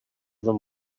them